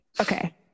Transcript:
okay